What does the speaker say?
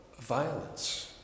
violence